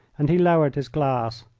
and he lowered his glass.